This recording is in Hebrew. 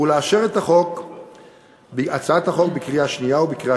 ולאשר את הצעת החוק בקריאה שנייה ובקריאה